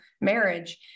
marriage